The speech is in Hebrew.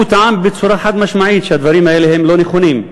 הוא טען בצורה חד-משמעית שהדברים האלה הם לא נכונים,